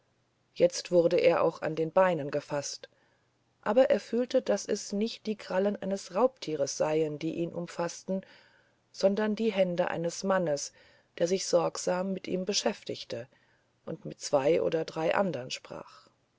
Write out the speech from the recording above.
jetzt wurde er auch an den beinen angefaßt aber er fühlte daß es nicht die krallen eines raubtiers seien die ihn umfaßten sondern die hände eines mannes der sich sorgsam mit ihm beschäftigte und mit zwei oder drei andern sprach